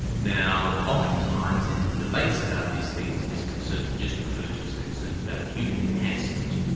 now, oftentimes in debates about these things, these concerns are just referred to as concerns about human enhancement,